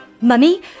Mummy